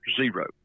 zero